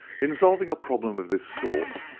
in solving a problem of this sort,